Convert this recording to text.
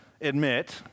admit